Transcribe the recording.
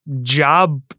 job